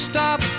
Stop